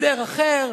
הסדר אחר.